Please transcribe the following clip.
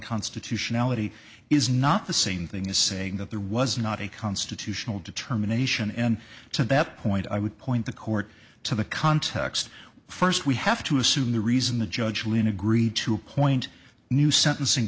unconstitutionality is not the same thing as saying that there was not a constitutional determination and to that point i would point the court to the context first we have to assume the reason the judge lynn agreed to appoint a new sentencing